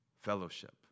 Fellowship